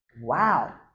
Wow